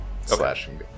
slashing